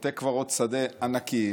בתי קברות שדה ענקיים,